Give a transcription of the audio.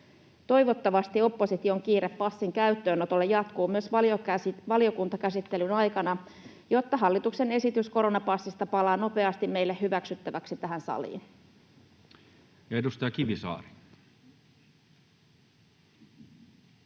Toivottavasti opposition kiire passin käyttöönotolle jatkuu myös valiokuntakäsittelyn aikana, jotta hallituksen esitys koronapassista palaa nopeasti meille hyväksyttäväksi tähän saliin. Ja edustaja Kivisaari.